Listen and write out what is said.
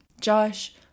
Josh